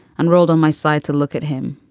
and rolled on my side to look at him.